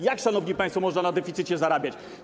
Jak, szanowni państwo, można na deficycie zarabiać?